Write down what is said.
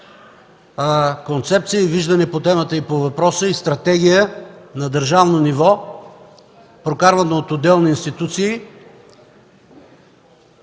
концепция и виждане по въпроса, на стратегия на държавно ниво, прокарвана от отделни институции,